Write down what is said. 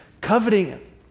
Coveting